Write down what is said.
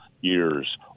years